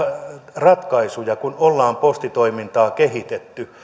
ratkaisuja kun olemme postitoimintaa kehittäneet